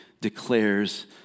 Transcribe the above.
declares